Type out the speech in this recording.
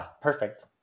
Perfect